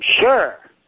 sure